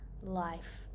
life